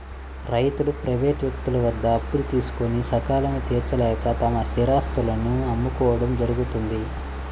రైతులు ప్రైవేటు వ్యక్తుల వద్ద అప్పులు తీసుకొని సకాలంలో తీర్చలేక తమ స్థిరాస్తులను అమ్ముకోవడం జరుగుతోంది